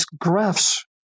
graphs